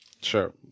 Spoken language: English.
Sure